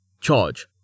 Charge